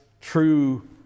true